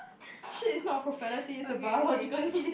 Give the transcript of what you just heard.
shit is not a profanity is a biological need